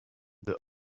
the